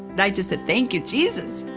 and i just said thank you, jesus.